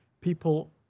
people